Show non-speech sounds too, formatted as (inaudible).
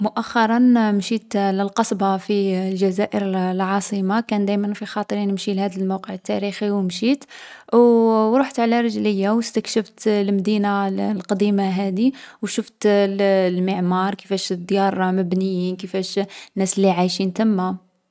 مؤخرا مشيت للقصبة في الجزائر الـ العاصمة. كان دايما في خاطري نمشيلها لهاذ الموقع التاريخي و مشيت. و (hesitation) و ورحت على رجليا و استكشفت المدينة الـ القديمة هاذي و شفت الـ المعمار كيفاش ديار مبنيين، كيفاش ناس لي عايشين تما.